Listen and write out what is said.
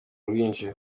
rwinshi